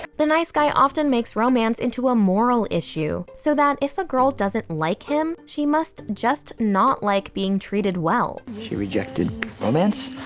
the nice guy often makes romance into a moral issue, so that if a girl doesn't like him, she must just not like being treated well. she rejected romance,